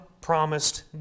promised